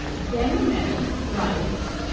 daniel nettie writes,